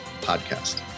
Podcast